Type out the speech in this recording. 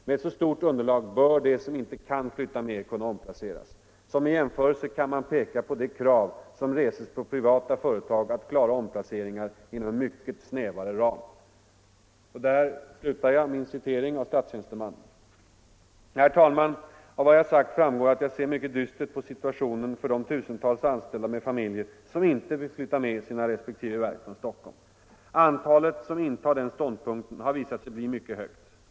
Med ett så stort underlag bör de som inte kan flytta med kunna omplaceras. Som en jämförelse kan man peka på de krav som reses på privata företag att klara omplaceringar inom en mycket snävare ram.” Herr talman! Av vad jag sagt framgår att jag ser mycket dystert på situationen för de tusentals anställda med familjer, som inte vill flytta med sina respektive verk från Stockholm. Antalet som intar den ståndpunkten har visat sig bli mycket högt.